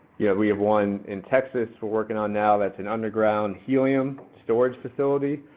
yeah we have one in texas we're working on now that's an underground helium storage facility.